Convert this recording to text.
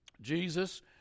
Jesus